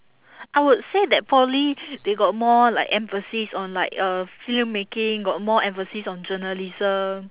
I would say that probably they got more like emphasis on like uh film making got more emphasis on journalism